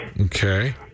Okay